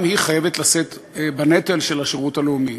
גם היא חייבת לשאת בנטל של השירות הלאומי,